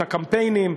את הקמפיינים,